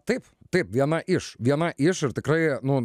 taip taip viena iš viena iš ir tikrai nu